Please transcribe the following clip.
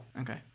Okay